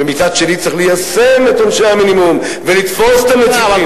ומצד שני צריך ליישם את עונשי המינימום ולתפוס את המציתים.